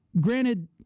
Granted